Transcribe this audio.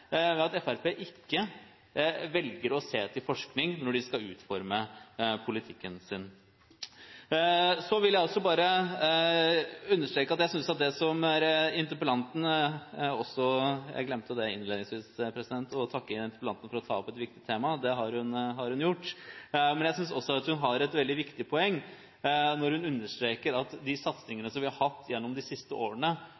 at Fremskrittspartiet ikke velger å se til forskning når de skal utforme politikken sin. Jeg vil også bare understreke at jeg synes interpellanten – jeg glemte innledningsvis å takke interpellanten for å ta opp et viktig tema, det har hun gjort – har et veldig viktig poeng når hun understreker at de satsingene